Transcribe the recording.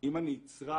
אם אני אצרח